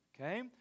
okay